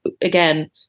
again